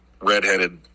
redheaded